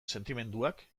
sentimenduak